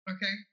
Okay